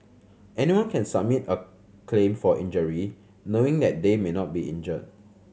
anyone can submit a claim for injury knowing that they may not be injured